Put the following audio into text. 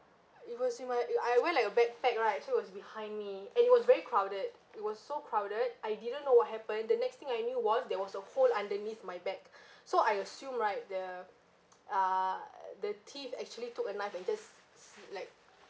it was in my it I wear like a backpack right so it was behind me and it was very crowded it was so crowded I didn't know what happened the next thing I knew was there was a hole underneath my bag so I assume right the ah the thief actually took a knife and just s~ like